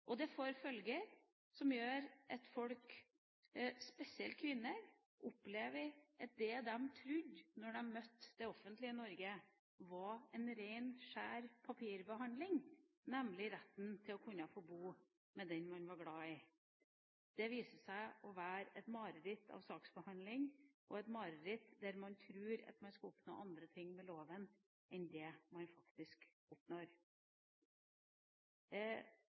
følger for folk, spesielt kvinner, som opplever at det de møtte i møte med det offentlige Norge, var en ren, skjær papirbehandling, at retten til å kunne bo sammen med den man er glad i, viste seg å være et mareritt av en saksbehandling – et mareritt fordi man trodde at man ville oppnå andre ting med loven enn det man faktisk